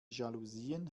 jalousien